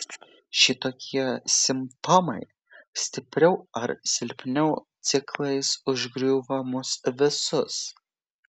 šitokie simptomai stipriau ar silpniau ciklais užgriūva mus visus